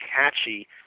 catchy